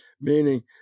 Meaning